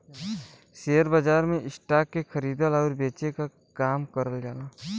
share बाजार में stock के खरीदे आउर बेचे क काम करल जाला